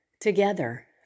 together